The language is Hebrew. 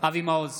אבי מעוז,